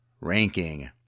ranking